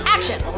Action